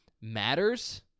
matters